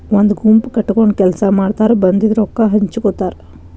ಒಂದ ಗುಂಪ ಕಟಗೊಂಡ ಕೆಲಸಾ ಮಾಡತಾರ ಬಂದಿದ ರೊಕ್ಕಾ ಹಂಚಗೊತಾರ